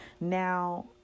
Now